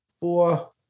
four